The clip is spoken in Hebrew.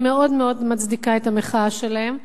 אני מאוד מאוד מצדיקה את המחאה שלהם.